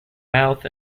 mouth